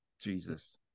Jesus